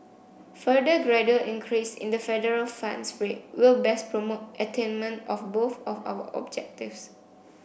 further gradual increase in the federal funds rate will best promote attainment of both of our objectives